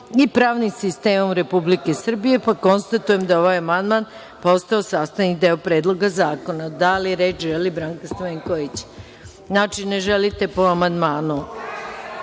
i pravnim sistemom Republike Srbije, pa konstatujem da je ovaj amandman postao sastavni deo Predloga zakona. Da li reč želi Branka Stamenković? Znači, ne želite po amandmanu. Moje